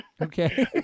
Okay